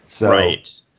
Right